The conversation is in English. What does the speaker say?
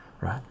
right